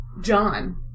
John